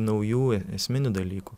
naujų esminių dalykų